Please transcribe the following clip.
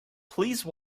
please